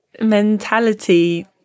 mentality